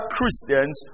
Christians